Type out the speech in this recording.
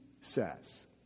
says